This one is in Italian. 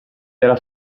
della